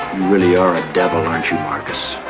really are a devil, aren't you, marcus.